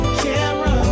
camera